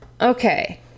Okay